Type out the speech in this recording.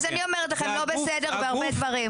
אז אני אומרת לך שהם לא בסדר בהרבה דברים.